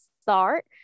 start